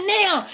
now